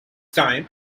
time